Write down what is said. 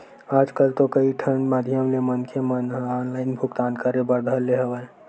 आजकल तो कई ठन माधियम ले मनखे मन ह ऑनलाइन भुगतान करे बर धर ले हवय